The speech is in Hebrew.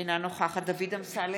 אינה נוכחת דוד אמסלם,